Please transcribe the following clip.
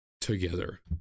together